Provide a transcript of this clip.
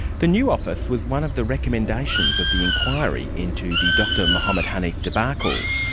the new office was one of the recommendations of the inquiry into the dr mohamed haneef debacle.